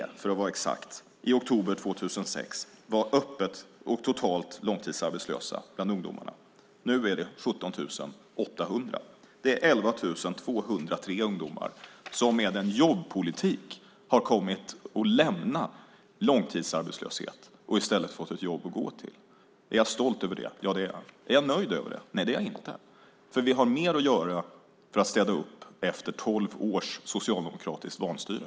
För att vara exakt var 29 003 ungdomar öppet och totalt långtidsarbetslösa i oktober 2006. Nu är det 17 800. Det är 11 203 ungdomar som med vår jobbpolitik har lämnat långtidsarbetslösheten och i stället fått ett jobb att gå till. Är jag stolt över det? Ja. Är jag nöjd? Nej. Vi har mer att göra för att städa upp efter tolv års socialdemokratiskt vanstyre.